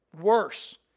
Worse